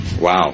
Wow